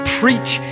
preach